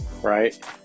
right